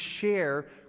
share